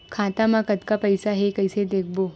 खाता मा कतका पईसा हे कइसे देखबो?